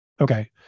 Okay